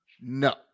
No